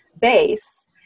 base